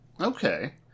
Okay